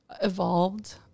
evolved